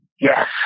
yes